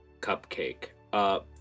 Cupcake